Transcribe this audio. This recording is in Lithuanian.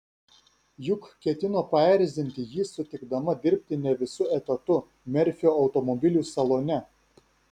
juk ketino paerzinti jį sutikdama dirbti ne visu etatu merfio automobilių salone